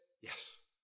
yes